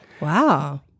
Wow